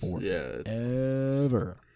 Forever